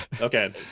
Okay